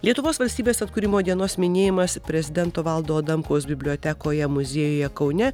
lietuvos valstybės atkūrimo dienos minėjimas prezidento valdo adamkaus bibliotekoje muziejuje kaune